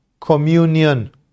communion